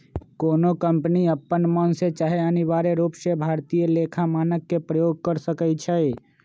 कोनो कंपनी अप्पन मन से चाहे अनिवार्य रूप से भारतीय लेखा मानक के प्रयोग कर सकइ छै